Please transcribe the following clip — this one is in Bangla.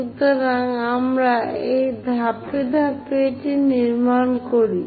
আসুন আমরা ধাপে ধাপে এটি নির্মাণ করি